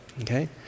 okay